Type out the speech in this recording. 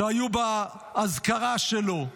שהיו באזכרה שלו.